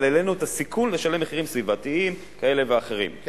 אבל העלינו את הסיכוי לשלם מחירים סביבתיים כאלה ואחרים,